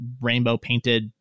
rainbow-painted